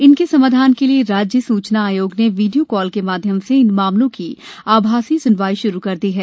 इनके समाधान के लिए राज्य सूचना आयोग ने वीडियो कॉल के माध्यम से इन मामलों की आभासी सुनवाई शुरू कर दी है